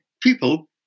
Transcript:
People